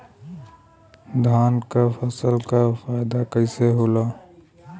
धान क फसल क फायदा कईसे होला?